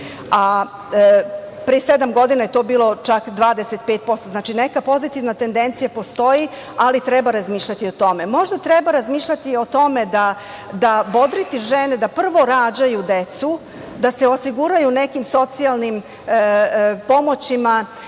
sedam godina je to bilo čak 25%. Znači, neka pozitivna tendencija postoji, ali treba razmišljati o tome. Možda treba razmišljati o tome, bodriti žene da prvo rađaju decu, da se osiguraju nekim socijalnim pomoćima